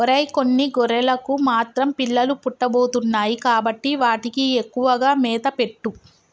ఒరై కొన్ని గొర్రెలకు మాత్రం పిల్లలు పుట్టబోతున్నాయి కాబట్టి వాటికి ఎక్కువగా మేత పెట్టు